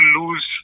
lose